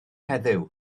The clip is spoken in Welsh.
heddiw